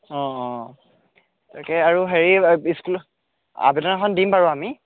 অঁ অঁ তাকে আৰু হেৰি ইস্কুলৰ আবেদনখন দিম আৰু আমি